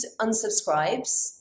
unsubscribes